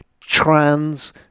Trans